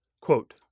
Quote